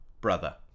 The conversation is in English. Brother